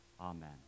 Amen